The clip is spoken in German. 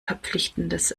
verpflichtendes